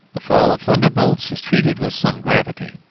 the fall of thunderbolts is treated with some gravity.